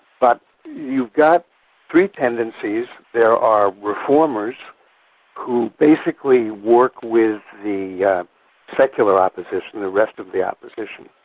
but you've got three tendencies, there are reformers who basically work with the yeah secular opposition, the rest of the opposition,